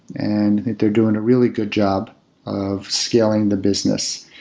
and they're doing a really good job of scaling the business.